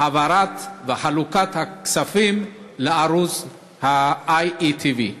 מתעכבת העברת וחלוקת הכספים לערוץ IETV?